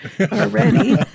already